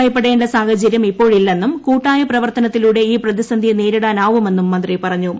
ഭയപ്പെടേണ്ട സാഹചര്യം ഇപ്പോഴില്ലെന്നും കൂട്ടായ പ്രവർത്തനത്തിലൂടെ ഈ പ്രതിസന്ധിയെ നേരിടാനാവുമെന്നും മന്ത്രി പറഞ്ഞു